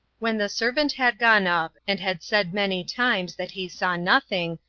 when the servant had gone up, and had said many times that he saw nothing,